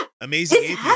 amazing